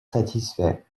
satisfait